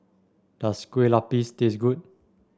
does Kueh Lupis taste good